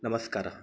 नमस्कारः